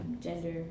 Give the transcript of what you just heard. Gender